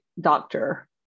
doctor